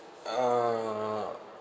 uh